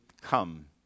come